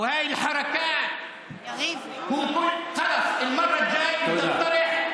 והתנועות האלה, אנחנו אומרים מספיק.